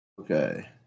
Okay